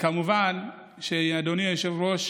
כמובן, אדוני היושב-ראש,